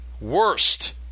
worst